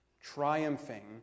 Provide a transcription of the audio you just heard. triumphing